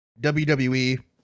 WWE